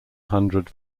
hundred